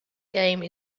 game